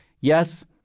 Yes